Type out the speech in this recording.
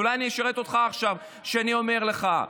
אולי אני משרת אותך עכשיו כשאני אומר לך,